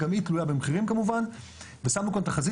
גם היא תלויה במחירים כמובן ושמנו כאן תחזית